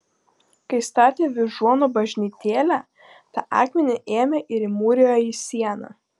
kai statė vyžuonų bažnytėlę tą akmenį ėmė ir įmūrijo į sieną